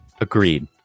Agreed